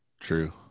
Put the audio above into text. True